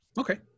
Okay